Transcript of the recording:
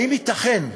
האם ייתכן,